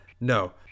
No